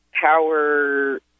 power